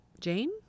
Jane